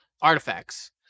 artifacts